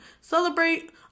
celebrate